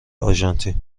آرژانتین